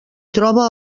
troba